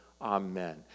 Amen